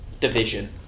division